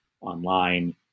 online